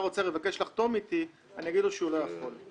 האוצר יבקש לחתום איתי אז אומר לו שהוא לא יכול.